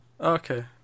Okay